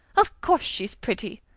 of course she's pretty.